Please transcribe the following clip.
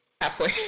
halfway